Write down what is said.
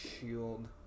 Shield